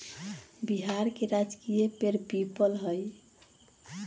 बिहार के राजकीय पेड़ पीपल हई